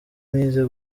mwize